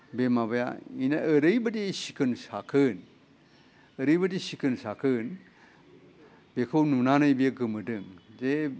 बे माबाया इना ओरैबायदि सिखोन साखोन ओरैबायदि सिखोन साखोन बेखौ नुनानै बेयो गोमोदों जे